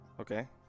Okay